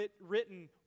written